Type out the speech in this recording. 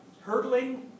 hurdling